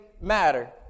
matter